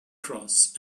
cross